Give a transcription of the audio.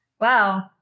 Wow